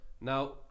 Now